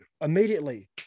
immediately